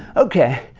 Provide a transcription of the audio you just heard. okay.